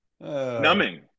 numbing